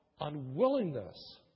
unwillingness